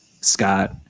scott